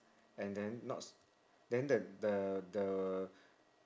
and then not s~ then the the the